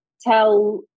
tell